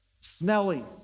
smelly